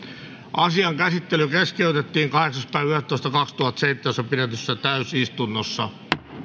asian käsittely keskeytettiin kahdeksas yhdettätoista kaksituhattaseitsemäntoista pidetyssä täysistunnossa